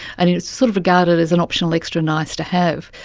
and it's sort of regarded as an optional extra, nice to have.